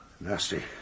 Nasty